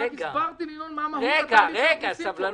רק הסברתי לינון מה מהות התהליך שעושים פה.